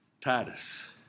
Titus